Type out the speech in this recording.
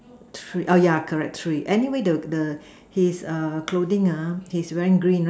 three oh yeah correct three anyway the the his err clothing uh he's wearing green right